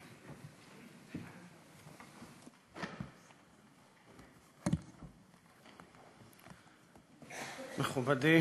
מכובדי